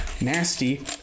nasty